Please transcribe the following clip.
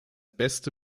beste